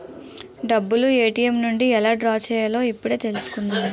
డబ్బులు ఏ.టి.ఎం నుండి ఎలా డ్రా చెయ్యాలో ఇప్పుడే తెలుసుకున్నాను